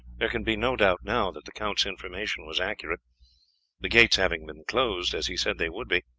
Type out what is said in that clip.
there can be no doubt now that the count's information was accurate the gates having been closed, as he said they would be,